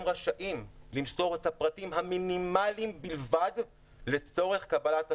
רשאים למסור את הפרטים המינימליים בלבד לצורך קבלת השירות,